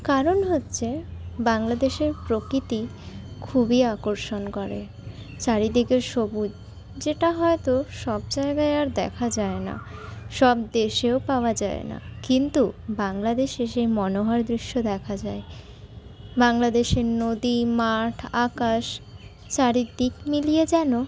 কারণ হচ্ছে বাংলাদেশের প্রকৃতি খুবই আকর্ষণ করে চারিদিকে সবুজ যেটা হয়তো সব জায়গায় আর দেখা যায় না সব দেশেও পাওয়া যায় না কিন্তু বাংলাদেশে সেই মনোহর দৃশ্য দেখা যায় বাংলাদেশের নদী মাঠ আকাশ চারিদিক মিলিয়ে যেন